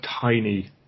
tiny